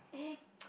eh